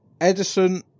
Edison